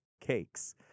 cakes